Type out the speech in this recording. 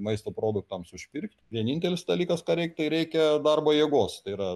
maisto produktams užpirkt vienintelis dalykas ko reikia tai reik darbo jėgos tai yra